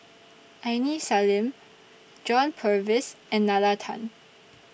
Aini Salim John Purvis and Nalla Tan